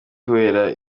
kubera